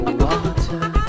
water